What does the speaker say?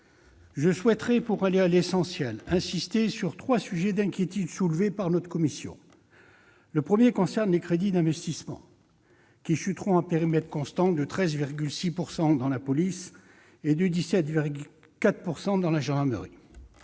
à la règle. Pour aller à l'essentiel, j'insisterai sur trois sujets d'inquiétudes soulevés par notre commission. Le premier concerne les crédits d'investissement, qui chuteront, à périmètre constant, de 13,6 % dans la police et de 17,4 % dans la gendarmerie.